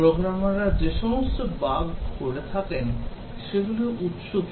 প্রোগ্রামাররা যে সমস্ত বাগ করে থাকেন সেগুলির উৎস কি